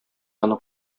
аны